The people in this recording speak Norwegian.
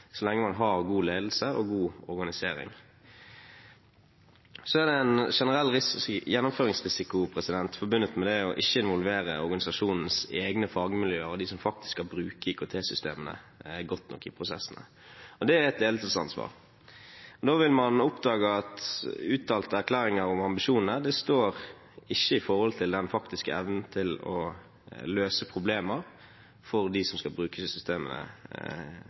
så lenge man har god ledelse og god organisering. Så er det en generell gjennomføringsrisiko forbundet med det ikke å involvere organisasjonens egne fagmiljøer og de som faktisk skal bruke IKT-systemene, godt nok i prosessene, og det er et ledelsesansvar. Når vil man oppdage at uttalte erklæringer om ambisjoner ikke står i forhold til den faktiske evnen til å løse problemer for dem som skal bruke systemene i